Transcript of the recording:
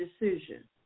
decision